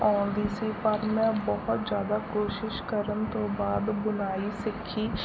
ਆਉਂਦੀ ਸੀ ਪਰ ਮੈਂ ਬਹੁਤ ਜ਼ਿਆਦਾ ਕੋਸ਼ਿਸ਼ ਕਰਨ ਤੋਂ ਬਾਅਦ ਬੁਣਾਈ ਸਿੱਖੀ